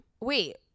Wait